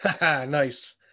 Nice